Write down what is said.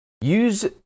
use